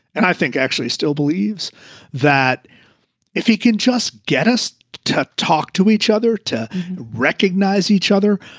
and i think actually still believes that if he can just get us to talk to each other, to recognize each other,